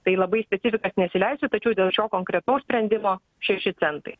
tai labai į specifikas nesileisiu tačiau dėl šio konkretaus sprendimo šeši centai